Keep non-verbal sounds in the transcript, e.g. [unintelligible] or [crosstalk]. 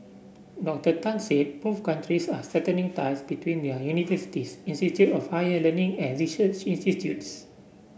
Dr Tan said both countries are [unintelligible] ties between their universities [unintelligible] of higher learning and research institutes